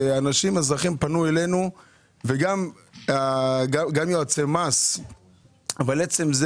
פנו אלינו אזרחים וגם יועצי מס אבל עצם זה